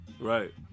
Right